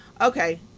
Okay